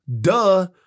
Duh